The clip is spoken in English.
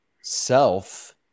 self